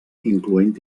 incloent